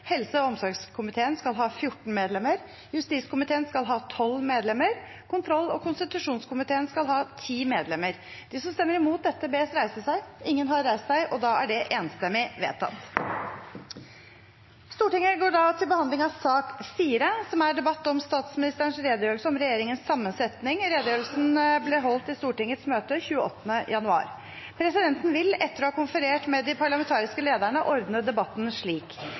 Helse- og omsorgskomiteen skal ha 14 medlemmer. Justiskomiteen skal ha 12 medlemmer. Kontroll- og konstitusjonskomiteen skal ha 10 medlemmer. Presidenten vil, etter å ha konferert med de parlamentariske lederne, ordne debatten slik: